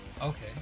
Okay